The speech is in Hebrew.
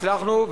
הצלחנו,